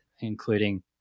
including